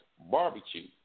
barbecue